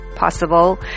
possible